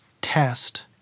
test